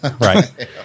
right